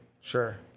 Sure